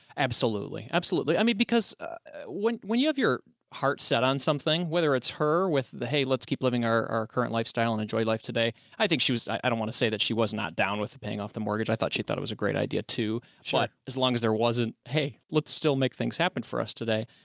absolutely. andy absolutely. i mean, because when, when you have your heart set on something, whether it's her with the, hey, let's keep living our current lifestyle and enjoyed life today. i think she was, i don't want to say that she was not down with paying off the mortgage. i thought she thought it was a great idea to, but as long as there wasn't, hey, let's still make things happen for us today.